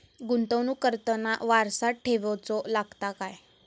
गुंतवणूक करताना वारसा ठेवचो लागता काय?